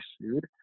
sued